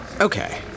Okay